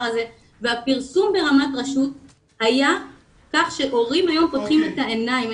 הזה והפרסום ברמת רשות היה כזה שהורים היו פותחים את העיניים.